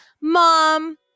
mom